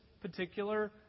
particular